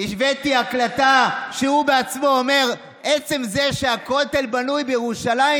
השוויתי הקלטה שהוא בעצמו אומר: עצם זה שהכותל בנוי בירושלים,